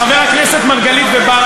חברי הכנסת מרגלית ובר,